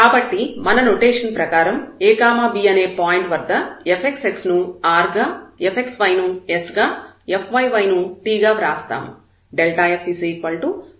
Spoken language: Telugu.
కాబట్టి మన నొటేషన్ ప్రకారం a b అనే పాయింట్ వద్ద fxx ను r గా fxy ను s గా fyy ను t గా వ్రాస్తాము